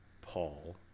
Paul